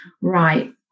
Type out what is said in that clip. right